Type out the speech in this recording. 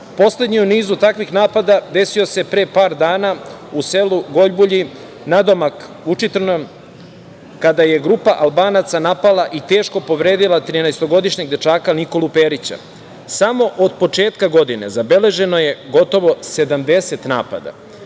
Poslednji u nizu takvih napada desio se pre par dana u selu Gojbulji nadomak Vučitrna, kada je grupa Albanaca napala i teško povredila 13-godišnjeg dečaka Nikolu Perića. Samo od početka godine zabeleženo je gotovo 70 dana.